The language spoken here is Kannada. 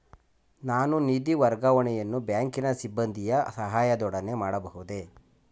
ನಾನು ನಿಧಿ ವರ್ಗಾವಣೆಯನ್ನು ಬ್ಯಾಂಕಿನ ಸಿಬ್ಬಂದಿಯ ಸಹಾಯದೊಡನೆ ಮಾಡಬಹುದೇ?